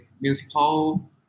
musical